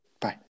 bye